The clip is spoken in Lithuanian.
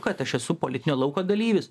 kad aš esu politinio lauko dalyvis